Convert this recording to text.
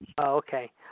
Okay